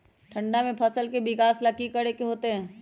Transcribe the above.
ठंडा में फसल के विकास ला की करे के होतै?